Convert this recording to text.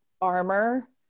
armor